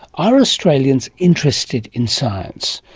are australians interested in science?